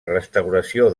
restauració